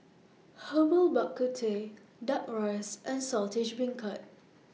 Herbal Bak Ku Teh Duck Rice and Saltish Beancurd